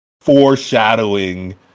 foreshadowing